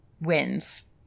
wins